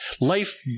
Life